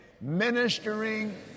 Ministering